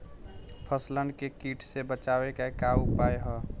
फसलन के कीट से बचावे क का उपाय है?